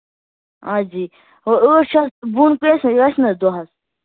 آ جی ہُہ ٲٹھ شَتھ بۄن گژھِ نہ یہِ وَسہِ نہ دۄہَس